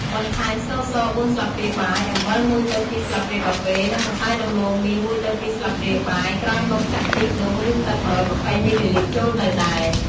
បន្ថែម ស្ករស ៤ ស្លាបព្រាបាយ អំបិល ១ទៅ២ ស្លាបព្រាកាហ្វេ និង ម្សៅដំឡូងមី ១ទៅ២ ស្លាបព្រាបាយ ក្រោយមកចាក់ ខ្ទិះដូង ឬ ទឹក ១២០ មីលីលីត្រចូលទៅដែរ។